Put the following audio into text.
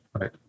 right